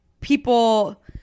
people